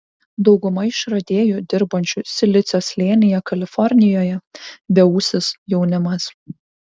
dauguma išradėjų dirbančių silicio slėnyje kalifornijoje beūsis jaunimas